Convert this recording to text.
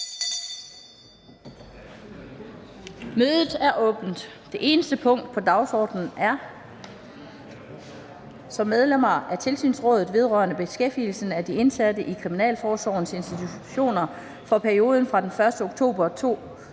fg. formand (Annette Lind): Som medlemmer af Tilsynsrådet vedrørende beskæftigelsen af de indsatte i Kriminalforsorgens institutioner for perioden fra den 1. oktober 2022